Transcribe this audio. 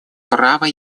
права